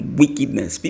wickedness